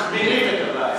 מחמירים את הבעיה.